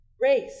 race